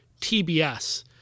TBS